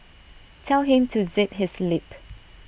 tell him to zip his lip